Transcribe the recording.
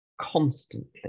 constantly